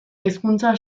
hezkuntza